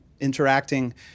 interacting